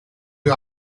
due